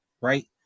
right